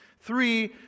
Three